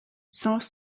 sans